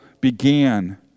began